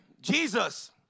Jesus